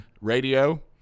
radio